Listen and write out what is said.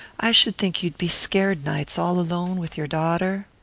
i should think you'd be scared nights, all alone with your daughter.